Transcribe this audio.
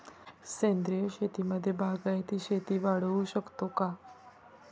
सेंद्रिय शेतीमध्ये बागायती शेती वाढवू शकतो का?